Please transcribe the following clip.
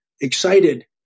excited